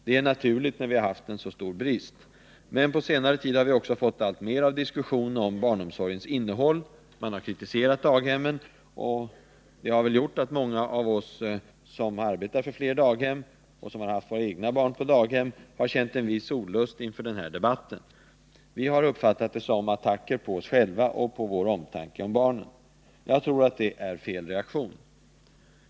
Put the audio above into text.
Det är naturligt, då vi har haft en så stor brist. Men på senare tid har vi också fått alltmer av diskussion om barnomsorgens innehåll, man har kritiserat daghemmen. Det här gjort att många av oss som arbetar för fler daghem och som har haft våra egna barn på daghem har känt en viss olust inför denna debatt. Vi har uppfattat det som attacker på oss själva och på vår omtanke om barnen. Jag tror att det är fel reaktion.